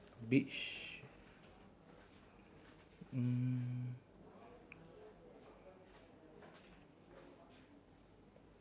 beach mm